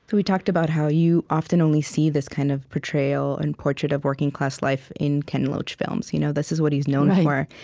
we talked about how you often only see this kind of portrayal and portrait of working-class life in ken loach films. you know this is what he's known for.